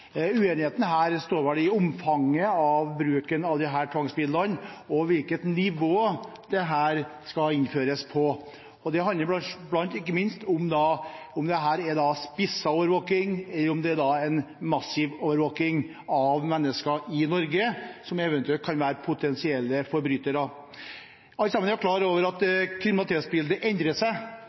Uenigheten her går vel på omfanget av bruken av disse tvangsmidlene og på hvilket nivå det skal innføres. Det handler ikke minst om hvorvidt dette er spisset overvåking, eller om det er en massiv overvåking av mennesker i Norge som eventuelt kan være potensielle forbrytere. Alle er klar over at kriminalitetsbildet endrer seg,